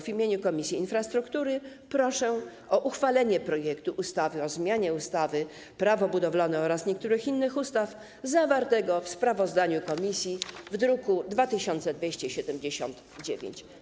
W imieniu Komisji Infrastruktury proszę o uchwalenie projektu ustawy o zmianie ustawy - Prawo budowlane oraz niektórych innych ustaw zawartego w sprawozdaniu komisji w druku nr 2279.